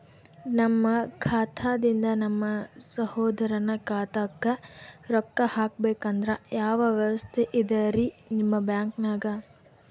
ನಮ್ಮ ಖಾತಾದಿಂದ ನಮ್ಮ ಸಹೋದರನ ಖಾತಾಕ್ಕಾ ರೊಕ್ಕಾ ಹಾಕ್ಬೇಕಂದ್ರ ಯಾವ ವ್ಯವಸ್ಥೆ ಇದರೀ ನಿಮ್ಮ ಬ್ಯಾಂಕ್ನಾಗ?